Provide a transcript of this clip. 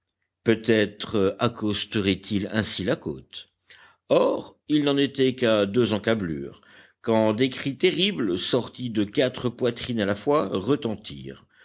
peut-être accosterait il ainsi la côte or il n'en était qu'à deux encablures quand des cris terribles sortis de quatre poitrines à la fois retentirent